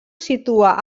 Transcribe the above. situa